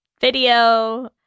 video